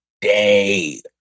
day